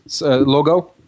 logo